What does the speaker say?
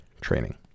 training